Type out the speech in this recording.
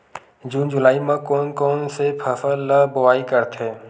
जून जुलाई म कोन कौन से फसल ल बोआई करथे?